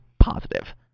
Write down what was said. positive